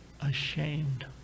ashamed